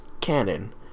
canon